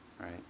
right